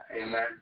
Amen